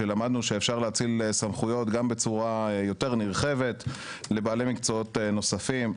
שלמדנו שאפשר להאציל סמכויות גם בצורה יותר נרחבת לבעלי מקצועות נוספים.